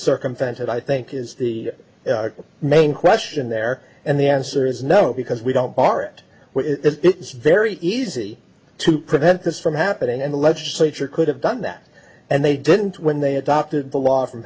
circumvented i think is the main question there and the answer is no because we don't aren't we it's very easy to prevent this from happening in the legislature could have done that and they didn't when they adopted